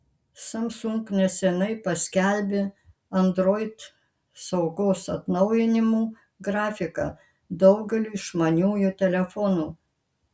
samsung neseniai paskelbė android saugos atnaujinimų grafiką daugeliui išmaniųjų telefonų